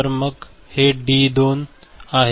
तर मग हे D2 आहे